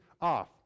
off